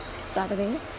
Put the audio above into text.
Saturday